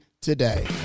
today